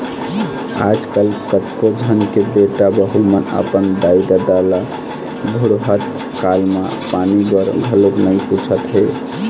आजकल कतको झन के बेटा बहू मन अपन दाई ददा ल बुड़हत काल म पानी बर घलोक नइ पूछत हे